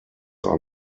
are